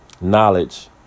knowledge